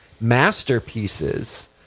masterpieces